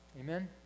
Amen